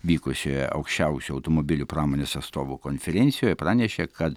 vykusioje aukščiausių automobilių pramonės atstovų konferencijoj pranešė kad